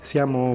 Siamo